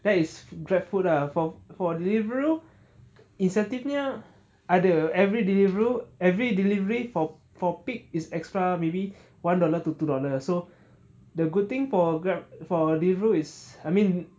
that is grabfood lah for for deliveroo incentive punya ada every deliveroo every delivery for for peak is extra maybe one dollar to two dollar so the good thing for grab for deliveroo is I mean